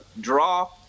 draw